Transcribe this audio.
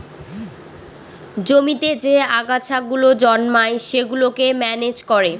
জমিতে যে আগাছা গুলো জন্মায় সেগুলোকে ম্যানেজ করে